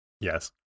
Yes